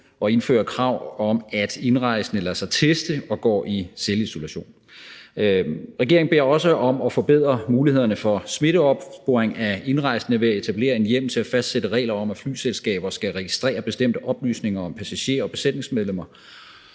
at indføre krav om, at indrejsende lader sig teste og går i selvisolation. Regeringen beder også om opbakning til at forbedre mulighederne for smitteopsporing af indrejsende ved at etablere en hjemmel til at fastsætte regler om, at flyselskaber skal registrere bestemte oplysninger om passagerer og besætningsmedlemmer